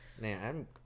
Man